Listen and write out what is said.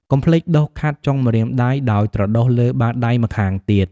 កុំភ្លេច ដុសខាត់ចុងម្រាមដៃ ដោយត្រដុសលើបាតដៃម្ខាងទៀត។